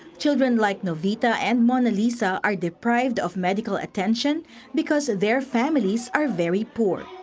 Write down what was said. children like avita and monalisa are deprived of medical attention because their families are very poor.